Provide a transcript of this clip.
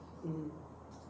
mm